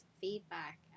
feedback